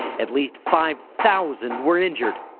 at least five thousand were injured.